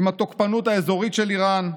עם התוקפנות האזורית של איראן,